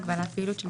1,000